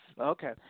Okay